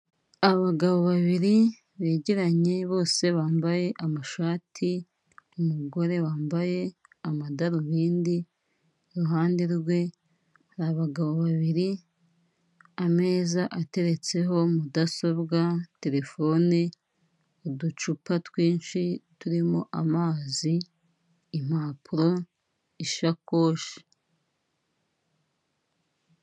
Abagabo babiri begeranye bose bambaye amashati, umugore wambaye amadarubindi, iruhande rwe hari abagabo babiri, ameza ateretseho mudasobwa, terefone, uducupa twinshi turimo amazi, impapuro, ishakoshi.